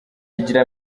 igira